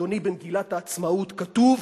אדוני, במגילת העצמאות כתוב: